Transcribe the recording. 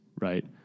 right